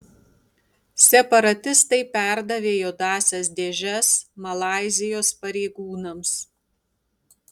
separatistai perdavė juodąsias dėžes malaizijos pareigūnams